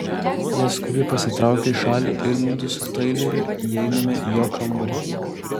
jie skubiai pasitraukia į šalį ir mudu su taileriu įeiname į jo kambarį